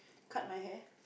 cut my hair